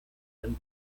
and